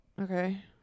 okay